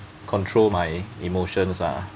control my emotions ah